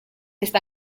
está